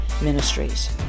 Ministries